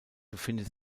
befindet